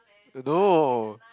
no